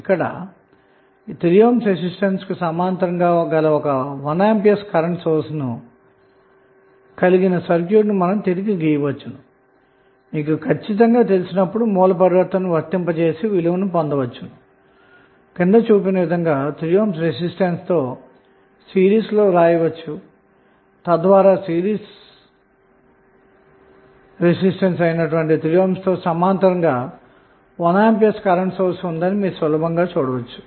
ఇక్కడ 3 ohm resistance కు సమాంతరంగా 1A కరెంట్ సోర్స్ ను కలిగిన సర్క్యూట్ ను మీకు ఖచ్చితంగా తెలిసినప్పుడు సోర్స్ ట్రాన్సఫార్మషన్ వర్తింపజేసి క్రింద చూపిన విధంగా 3 ohm రెసిస్టెన్స్ తో సిరీస్ లో వోల్టేజ్ సోర్స్ ను సూచించవచ్చు